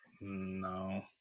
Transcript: No